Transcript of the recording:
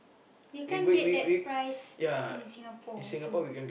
you can't get that price in Singapore so